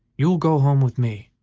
you will go home with me,